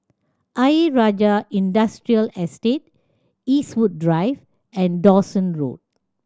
Ayer Rajah Industrial Estate Eastwood Drive and Dawson Road